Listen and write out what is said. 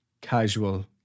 casual